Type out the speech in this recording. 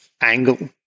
angle